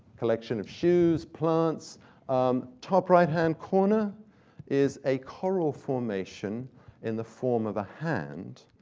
collection of shoes, plants um top right-hand corner is a coral formation in the form of a hand,